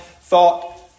thought